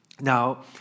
Now